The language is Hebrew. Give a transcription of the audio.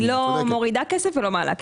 היא לא מורידה כסף ולא מעלה כסף.